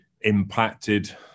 impacted